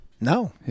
No